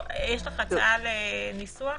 יש לך הצעה לניסוח?